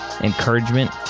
encouragement